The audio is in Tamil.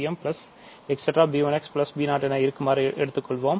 b1 xb0 என இருக்குமாறு எடுத்துக்கொள்வோம்